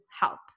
help